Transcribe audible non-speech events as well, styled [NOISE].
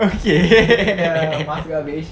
okay [LAUGHS]